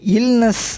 Illness